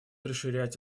расширять